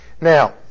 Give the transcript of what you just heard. Now